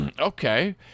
Okay